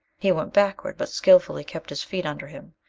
he went backward, but skillfully kept his feet under him,